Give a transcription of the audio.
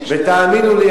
ותאמינו לי,